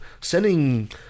sending